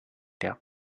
their